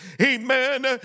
Amen